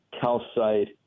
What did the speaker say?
calcite